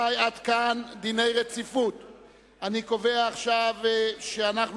אני קובע שההתנגדות לא נתקבלה והכנסת מחילה דין רציפות על